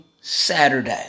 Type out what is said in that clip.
Saturday